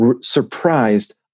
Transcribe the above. surprised